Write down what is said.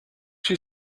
you